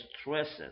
stresses